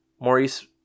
Maurice